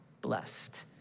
blessed